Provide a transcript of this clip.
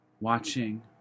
Watching